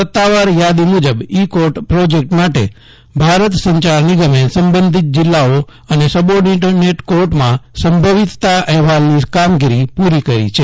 સત્તાવાર યાદી મુજબ ઇ કોર્ટ પ્રોજેક્ટ માટે ભારત સંચાર નિગમે સબંધિત જિલ્લાઓ અને સબોર્ડિનેટ કોર્ટોમાં સંભવિતતા અહેવાલની કામગીરી પૂ રીકરી છે